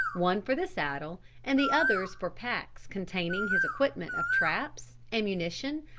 one for the saddle and the others for packs containing his equipment of traps, ammunition,